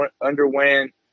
underwent